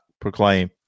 proclaim